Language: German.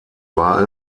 war